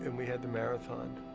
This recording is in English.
and we had the marathon.